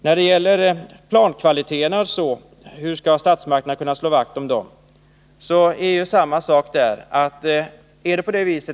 När det gäller plankvaliteterna och frågan hur statsmakterna skall kunna slå vakt om dem, vill jag framhålla att samma sak gäller där.